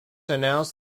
announced